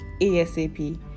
asap